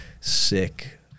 sick